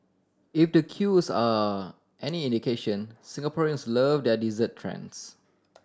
if the queues are any indication Singaporeans love their dessert trends